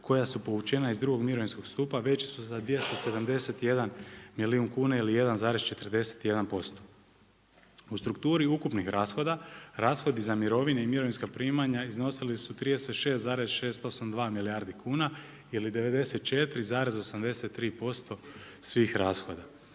koja su povučena iz drugog mirovinskog stupa veći su za 271 milijun kuna ili 1,41%. U strukturi ukupnih rashoda, rashodi za mirovine i mirovinska primanja iznosili su 36,682 milijardi kuna ili 94,83% svih rashoda,